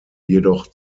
jedoch